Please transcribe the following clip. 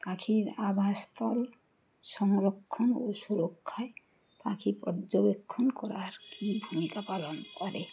পাখির আভাসস্থল সংরক্ষণ ও সুরক্ষায় পাখি পর্যবেক্ষণ করার কী ভূমিকা পালন করে